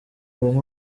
ibahe